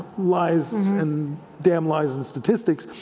lies, and damn lies and statistics,